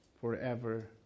forever